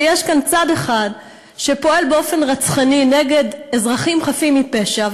שיש כאן צד אחד שפועל באופן רצחני נגד אזרחים חפים מפשע,